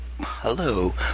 hello